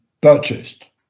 purchased